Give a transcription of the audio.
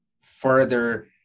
further